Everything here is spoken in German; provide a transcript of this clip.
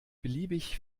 beliebig